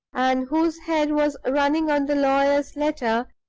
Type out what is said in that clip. and whose head was running on the lawyer's letter,